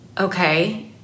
Okay